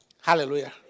Hallelujah